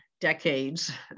decades